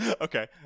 Okay